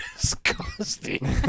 disgusting